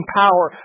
power